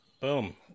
boom